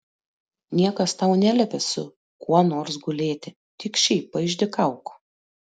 niekas tau neliepia su kuo nors gulėti tik šiaip paišdykauk